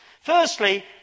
Firstly